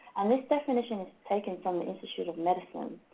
and this definition is taken from the institute of medicine,